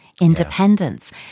independence